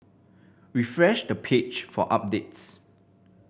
refresh the page for updates